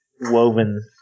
woven